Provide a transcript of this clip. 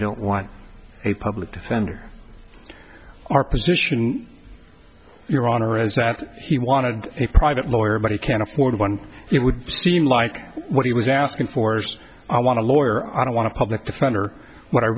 don't want a public defender our position your honor is that he wanted a private lawyer but he can't afford one it would seem like what he was asking for us i want to lawyer i don't want to public defender what i